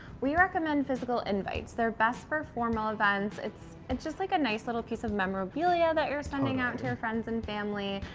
we recommend physical invites. they're best for formal events. it's and just like a nice little piece of memorabilia, that you're sending out to your friends and family.